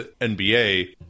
NBA